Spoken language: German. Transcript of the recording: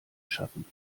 schaffen